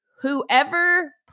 whoever